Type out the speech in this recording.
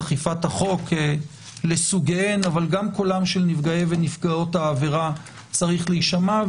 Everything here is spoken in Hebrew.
של נפגעי ונפגעות העברה צריך להישמע,